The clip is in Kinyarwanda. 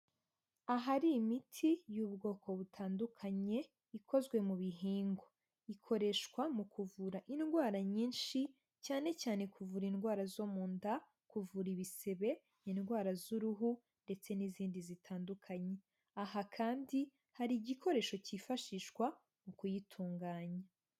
Ahari imiti y'ubwoko butandukanye ikozwe mu bihingwa, ikoreshwa mu kuvura indwara nyinshi cyane cyane kuvura indwara zo mu nda, kuvura ibisebe, indwara z'uruhu ndetse n'izindi zitandukanye. Aha kandi hari igikoresho kifashishwa mu kuyitunganya.